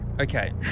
Okay